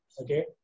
okay